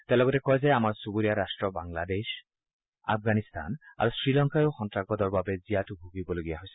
তেওঁ লগতে কয় যে আমাৰ চুবুৰীয়া ৰাট্ট বাংলাদেশ আফগানিস্তান আৰু শ্ৰীলংকায়ো সন্তাসবাদৰ বাবে জীয়াতৃ ভূগিবলগীয়া হৈছে